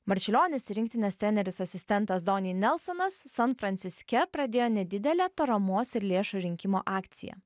marčiulionis ir rinktinės treneris asistentas doni nelsonas san franciske pradėjo nedidelę paramos ir lėšų rinkimo akciją